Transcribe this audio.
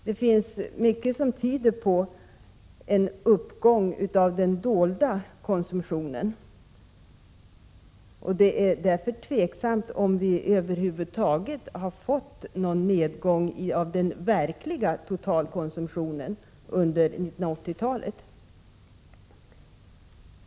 Det finns mycket som tyder på en uppgång av den dolda konsumtionen, och det är därför ovisst om vi över huvud taget har fått någon nedgång i den verkliga totalkonsumtionen under 1980-talet.